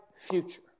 future